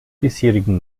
bisherigen